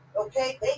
Okay